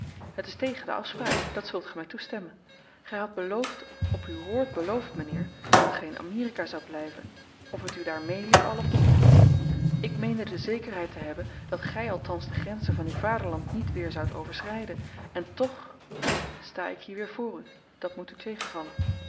het is tegen de afspraak dat zult gij mij toestemmen gij hadt beloofd op uw woord beloofd mijnheer dat gij in amerika zoudt blijven of het u daar meeliep al of niet ik meende de zekerheid te hebben dat gij althans de grenzen van uw vaderland niet weer zoudt overschrijden en toch sta ik hier weer voor u dat moet u tegenvallen